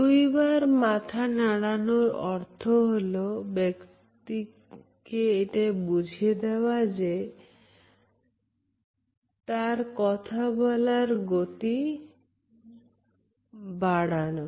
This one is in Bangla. দুইবার মাথা নাড়ালো অর্থ হল বক্তাকে এইটা বুঝিয়ে দেওয়া যে সে যেন তার কথা বলার গতি বাড়ায়